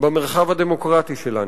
במרחב הדמוקרטי שלנו.